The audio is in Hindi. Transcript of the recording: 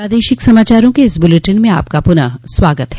प्रादेशिक समाचारों के इस बुलेटिन में आपका फिर से स्वागत है